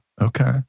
okay